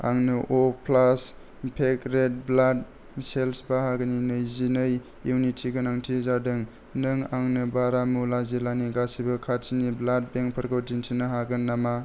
आंनो अ प्लास पेक्ट रेड ब्लाड सेलस बाहागोनि नैजिनै इउनिटनि गोनांथि जादों नों आंनो बारामुल्ला जिल्लानि गासैबो खाथिनि ब्लाड बेंकफोरखौ दिन्थिनो हागोन नामा